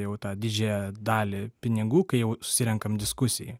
jau tą didžiąją dalį pinigų kai jau susirenkam diskusijai